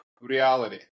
reality